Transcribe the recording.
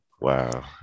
Wow